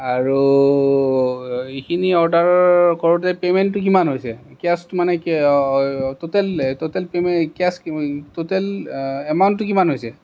আৰু এইখিনি অৰ্ডাৰ কৰোঁতে পেমেণ্টটো কিমান হৈছে কেচ মানে total total payment cash total এমাউণ্টটো কিমান হৈছে